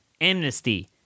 amnesty